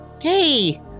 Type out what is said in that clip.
Hey